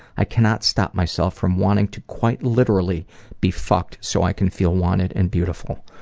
i cannot stop myself from wanting to quite literally be fucked so i can feel wanted and beautiful.